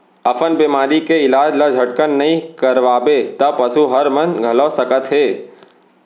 अफरा बेमारी के इलाज ल झटकन नइ करवाबे त पसू हर मन घलौ सकत हे